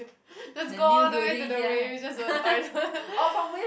let's go all the way to the waves just to the toilet